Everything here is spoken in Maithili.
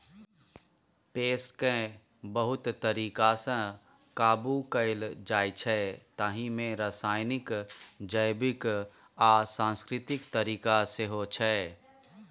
पेस्टकेँ बहुत तरीकासँ काबु कएल जाइछै ताहि मे रासायनिक, जैबिक आ सांस्कृतिक तरीका सेहो छै